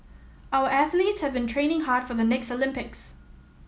our athletes have been training hard for the next Olympics